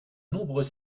nombreux